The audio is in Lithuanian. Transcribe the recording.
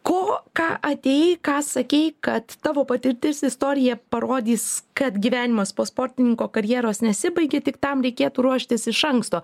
ko ką atėjai ką sakei kad tavo patirtis istorija parodys kad gyvenimas po sportininko karjeros nesibaigia tik tam reikėtų ruoštis iš anksto